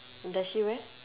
does she wear